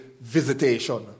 visitation